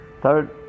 third